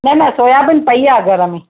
न न सोयाबीन पई आहे घर में